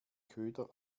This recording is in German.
köder